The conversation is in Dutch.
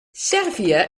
servië